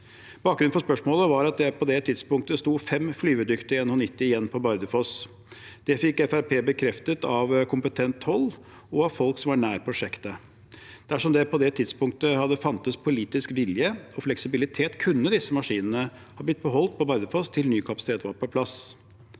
Bakgrunnen for spørsmålet var at det på det tidspunktet sto fem flyvedyktige NH90 igjen på Bardufoss. Det fikk Fremskrittspartiet bekreftet fra kompetent hold og av folk som var nær prosjektet. Dersom det på det tidspunktet hadde fantes politisk vilje og fleksibilitet, kunne disse maskinene ha blitt beholdt på Bardufoss til ny kapasitet var på plass.